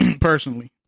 personally